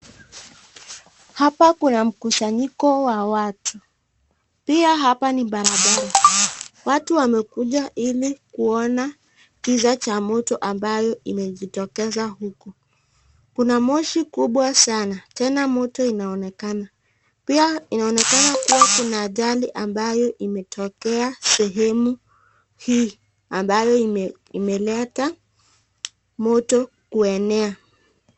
Hapa kuna mkusanyiko wa watu, pia hapa ni barabara, watu wamekuja ilikuona kiza cha moto ambayo imejitokeza huku. kuna moshi kubwa sana tena moto inaonekana. Pia inaonekana kuwa kuna ajali ambayo imetokea sehemu hii ambayo imeleta moto kuenea.